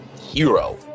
hero